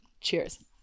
Cheers